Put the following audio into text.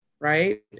right